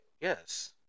Yes